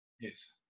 Yes